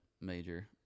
major